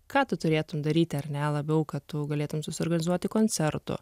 ką tu turėtum daryti ar ne labiau ką tu galėtum susiorganizuoti koncertų